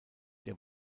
der